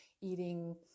eating